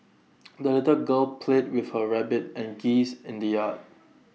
the little girl played with her rabbit and geese in the yard